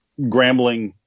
Grambling